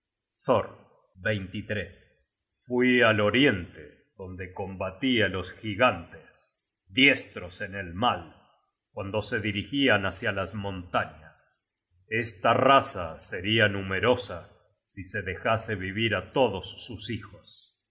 thor fui al oriente donde combatí á los gigantes diestros en el mal cuando se dirigian há cia las montañas esta raza seria numerosa si se dejase vivir á todos sus hijos